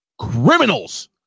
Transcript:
criminals